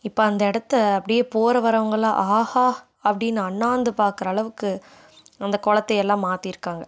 இப்போ அந்த இடத்த அப்படியே போகிற வரவங்கெல்லாம் ஆஹா அப்படின்னு அண்ணாந்து பார்க்கற அளவுக்கு அந்த குளத்தை எல்லாம் மாத்திருக்காங்கள்